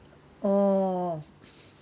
!ow!